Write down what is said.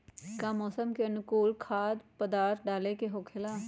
का मौसम के अनुकूल खाद्य पदार्थ डाले के होखेला?